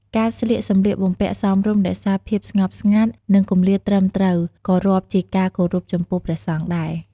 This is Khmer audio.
ការស្លៀកសំលៀកបំពាក់សមរម្យ រក្សាភាពស្ងប់ស្ងាត់ និងគម្លាតត្រឹមត្រូវ ក៏រាប់ជាការគោរពចំពោះព្រះសង្ឃដែរ។